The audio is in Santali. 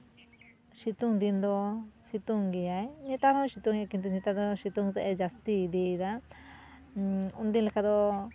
ᱥᱤᱛᱩᱝ ᱫᱤᱱ ᱫᱚ ᱥᱤᱛᱩᱝ ᱜᱮᱭᱟᱭ ᱱᱮᱛᱟᱨ ᱦᱚᱸᱭ ᱥᱤᱛᱩᱝ ᱜᱮᱭᱟ ᱠᱤᱱᱛᱩ ᱱᱮᱛᱟᱨ ᱫᱚ ᱥᱤᱛᱩᱝ ᱛᱮᱫᱼᱮ ᱡᱟᱹᱥᱛᱤ ᱤᱫᱤᱭᱮᱫᱟ ᱩᱱᱫᱤᱱ ᱞᱮᱠᱟ ᱫᱚ